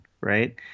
Right